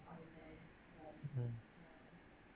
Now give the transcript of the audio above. mm